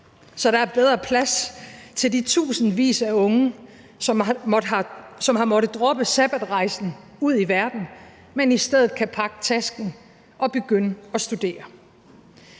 så der er bedre plads til de tusindvis af unge, som har måttet droppe sabbatrejsen ud i verden, men som i stedet kan pakke tasken og begynde at studere.